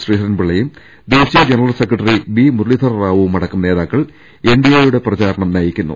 ശ്രീധരൻ പിള്ളയും ദേശീയ general secretary B ്രമുരളീധര റാവുവും അടക്കം നേതാക്കൾ എൻഡിഎയുടെ പ്രചാരണം നയിക്കുന്നു